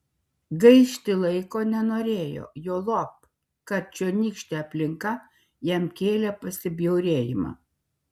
gaišti laiko nenorėjo juolab kad čionykštė aplinka jam kėlė pasibjaurėjimą